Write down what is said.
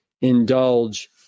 indulge